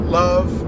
love